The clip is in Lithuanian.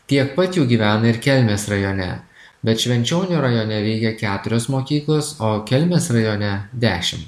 tiek pat jų gyvena ir kelmės rajone bet švenčionių rajone veikia keturios mokyklos o kelmės rajone dešim